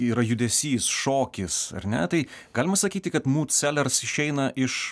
yra judesys šokis ar ne tai galima sakyti kad mūd selers išeina iš